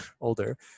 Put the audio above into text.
older